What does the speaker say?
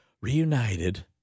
reunited